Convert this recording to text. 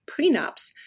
prenups